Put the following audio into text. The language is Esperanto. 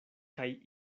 kaj